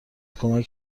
کمک